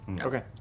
Okay